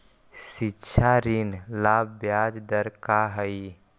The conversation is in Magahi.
शिक्षा ऋण ला ब्याज दर का हई?